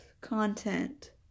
content